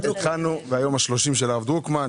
היום ה-30 של הרב דרוקמן.